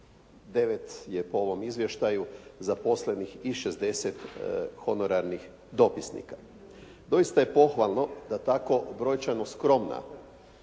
169 je po ovom izvještaju zaposlenih i 60 honorarnih dopisnika. Doista je pohvalno da tako brojčano skromna